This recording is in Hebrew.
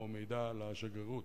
או הודעה לשגרירות.